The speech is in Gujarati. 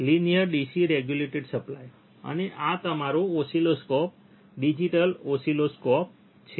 લીનિયર DC રેગ્યુલેટર સપ્લાય અને આ તમારું ઓસિલોસ્કોપ ડિજિટલ ઓસિલોસ્કોપ છે